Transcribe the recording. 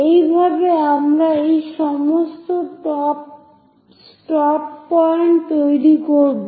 এইভাবে আমরা এই সমস্ত স্টপ পয়েন্ট তৈরি করব